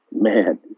man